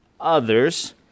others